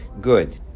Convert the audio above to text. good